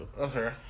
Okay